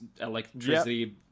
electricity